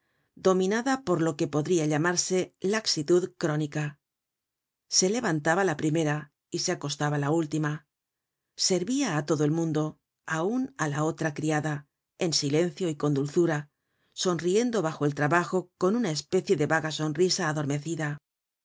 dominada por lo que podria llamarse laxitud crónica se levantaba la primera y se acostaba la última servia á todo el mundo aun á la otra criada en silencio y con dulzura sonriendo bajo el trabajo con una especie de vaga sonrisa adormecida